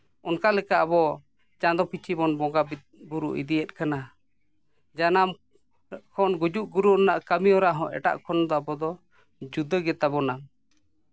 ᱚᱱᱠᱟ ᱞᱮᱠᱟ ᱟᱵᱚ ᱪᱟᱸᱫᱚ ᱯᱤᱪᱷᱩ ᱵᱚᱱ ᱵᱚᱸᱜᱟᱼᱵᱳᱨᱳ ᱤᱫᱤᱭᱮᱫ ᱠᱟᱱᱟ ᱡᱟᱱᱟᱢ ᱠᱷᱚᱱ ᱜᱩᱡᱩᱜ ᱜᱩᱨᱩᱜ ᱨᱮᱱᱟᱜ ᱠᱟᱹᱢᱤᱦᱚᱨᱟ ᱦᱚᱸ ᱮᱴᱟᱜ ᱠᱷᱚᱱ ᱫᱚ ᱟᱵᱚ ᱫᱚ ᱡᱩᱫᱟᱹ ᱜᱮᱛᱟ ᱵᱚᱱᱟ